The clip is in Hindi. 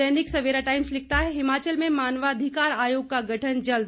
दैनिक सवेरा टाईम्स लिखता है हिमाचल में मानवाधिकार आयोग का गठन जल्द